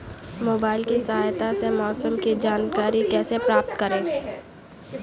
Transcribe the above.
Mobile की सहायता से मौसम की जानकारी कैसे प्राप्त करें?